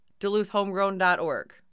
DuluthHomegrown.org